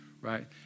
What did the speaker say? right